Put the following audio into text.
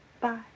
Bye